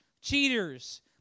cheaters